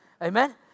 Amen